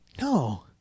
No